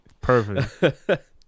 perfect